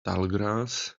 tallgrass